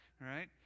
right